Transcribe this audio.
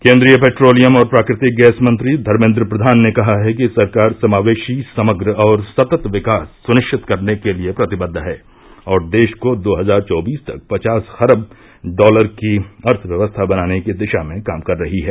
केंद्रीय पेट्रोलियम और प्राकृतिक गैस मंत्री धर्मेद्र प्रधान ने कहा है कि सरकार समावेशी समग्र और सतत विकास सुनिश्चित करने के लिए प्रतिबद्व है और देश को दो हजार चौबीस तक पचास खरब डॉलर की अर्थव्यवस्था बनाने की दिशा में काम कर रही है